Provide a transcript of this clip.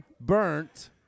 burnt